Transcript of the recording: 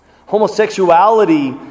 Homosexuality